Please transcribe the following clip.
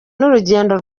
n’urugendo